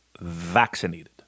vaccinated